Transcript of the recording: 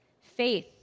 faith